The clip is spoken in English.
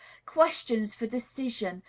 questions for decision,